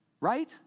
right